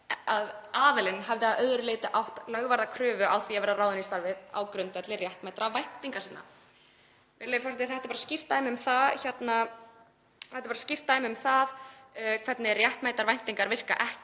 að aðilinn hafi að öðru leyti átt lögvarða kröfu á því að vera ráðinn í starfið á grundvelli réttmætra væntinga sinna. Virðulegi forseti. Þetta er bara skýrt dæmi um það hvernig réttmætar væntingar virka ekki.